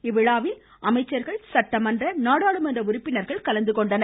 இந்த விழாவில் அமைச்சர்கள் சட்டமன்ற நாடாளுமன்ற உறுப்பினர்கள் கலந்துகொண்டனர்